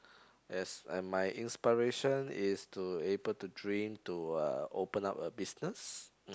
as and my inspiration is to able to dream to uh open up a business mm